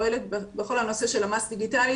בכל הנושא של מס דיגיטלי,